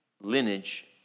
lineage